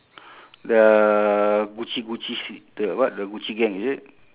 the gucci gucci shit the what the gucci gang is it